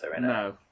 No